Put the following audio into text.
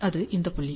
அது இந்த புள்ளி